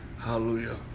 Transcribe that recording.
Hallelujah